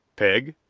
peg?